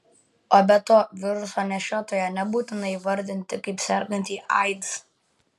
o be to viruso nešiotoją nebūtina įvardinti kaip sergantį aids